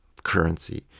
currency